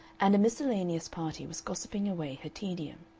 and a miscellaneous party was gossiping away her tedium.